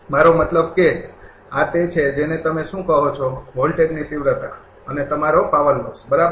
મારો મતલબ કે આ તે છે જેને તમે શું કહો છો વોલ્ટેજની તીવ્રતા અને તમારો પાવર લોસ બરાબર